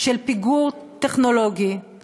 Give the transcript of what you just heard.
של פיגור טכנולוגי,